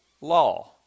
law